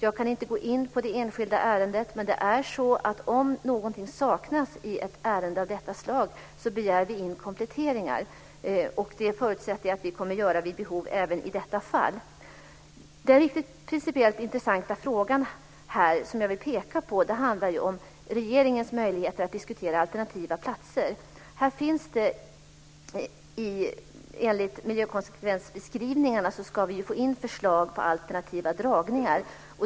Jag kan inte gå in på det enskilda ärendet, men om någonting saknas i ett ärende av detta slag begär vi in kompletteringar. Det förutsätter jag att vi kommer att göra vid behov även i detta fall. Den riktigt principiellt intressanta frågan, som jag vill peka på, handlar om regeringens möjligheter att diskutera alternativa platser. Enligt miljökonsekvensbeskrivningarna ska vi få in förslag på alternativa dragningar.